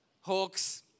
Hawks